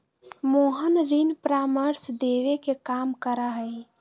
मोहन ऋण परामर्श देवे के काम करा हई